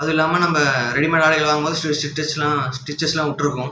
அது இல்லாமல் நம்ம ரெடிமேட் ஆடைகள் வாங்கும்போது ஸ்டி ஸ்டிச்சஸ்ஸெலாம் ஸ்டிச்சஸ்ஸெலாம் விட்ருக்கும்